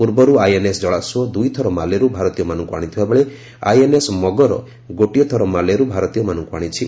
ପୂର୍ବରୁ ଆଇଏନ୍ଏସ୍ ଜଳାସ୍ପ ଦୁଇଥର ମାଲେରୁ ଭାରତୀୟମାନଙ୍କୁ ଆଣିଥିବା ବେଳେ ଆଇଏନ୍ଏସ୍ ମଗର ଗୋଟିଏ ଥର ମାଲେରୁ ଭାରତୀୟମାନଙ୍କୁ ଆଶିଛି